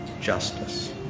justice